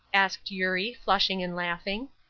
asked eurie, flushing and laughing.